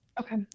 Okay